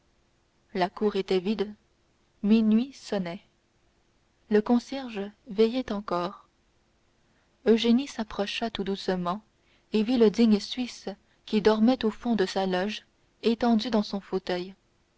la cour était vide minuit sonnait le concierge veillait encore eugénie s'approcha tout doucement et vit le digne suisse qui dormait au fond de sa loge étendu dans son fauteuil